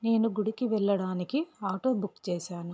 నేను గుడికి వెళ్ళడానికి ఆటో బుక్ చేశాను